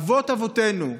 אבות אבותינו,